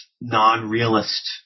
non-realist